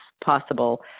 possible